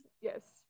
yes